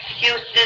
excuses